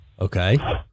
Okay